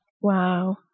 Wow